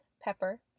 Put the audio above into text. pepper